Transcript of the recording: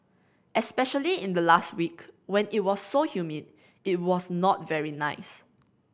especially in the last week when it was so humid it was not very nice